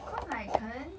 because like 可能